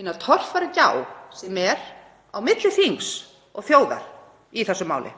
hina torfæru gjá á milli þings og þjóðar í þessu máli.